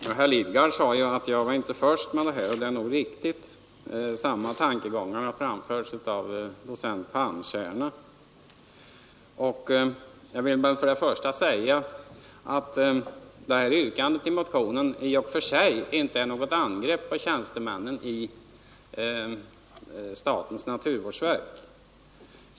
Herr talman! Herr Lidgard sade att jag inte var först med det här, och det är riktigt. Samma tankegångar har framförts av docent Palmstierna. Yrkandet i motionen är i och för sig inte något angrepp på tjänstemännen i statens naturvårdsverk.